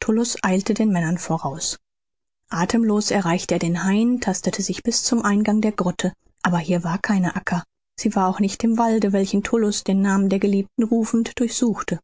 tullus eilte den männern voraus athemlos erreichte er den hain tastete sich bis zum eingang der grotte aber hier war keine acca sie war auch nicht im walde welchen tullus den namen der geliebten rufend durchsuchte